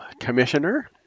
Commissioner